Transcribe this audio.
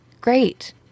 great